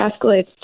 escalates